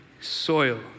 soil